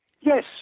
Yes